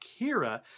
Kira